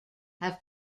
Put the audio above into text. have